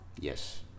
Yes